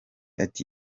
ati